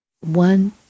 one